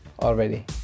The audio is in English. already